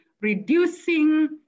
reducing